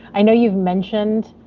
i know you've mentioned